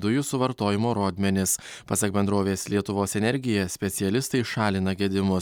dujų suvartojimo rodmenis pasak bendrovės lietuvos energija specialistai šalina gedimus